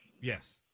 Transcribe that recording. yes